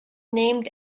named